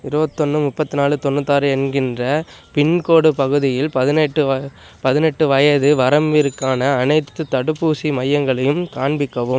இருபத்தொன்னு முப்பத்தி நாலு தொண்ணூத்தாறு என்கின்ற பின்கோடு பகுதியில் பதினெட்டு வ பதினெட்டு வயது வரம்பிற்கான அனைத்துத் தடுப்பூசி மையங்களையும் காண்பிக்கவும்